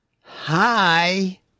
Hi